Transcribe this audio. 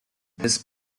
this